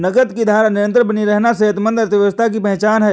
नकद की धारा निरंतर बनी रहना सेहतमंद अर्थव्यवस्था की पहचान है